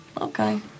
Okay